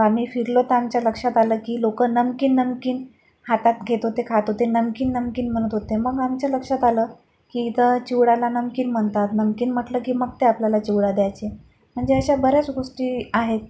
आम्ही फिरलो तर आमच्या लक्षात आलं की लोक नमकीन नमकीन हातात घेत होते खात होते नमकीन नमकीन म्हणत होते मग आमच्या लक्षात आलं की इथं चिवड्याला नमकीन म्हणतात नमकीन म्हटलं की मग ते आपल्याला चिवडा द्यायचे म्हणजे अशा बऱ्याच गोष्टी आहेत